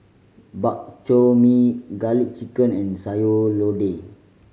Bak Chor Mee Garlic Chicken and Sayur Lodeh